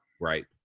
Right